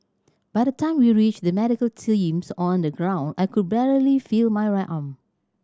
by the time we reached the medical teams on the ground I could barely feel my right arm